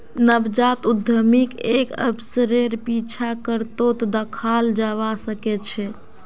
नवजात उद्यमीक एक अवसरेर पीछा करतोत दखाल जबा सके छै